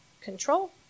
control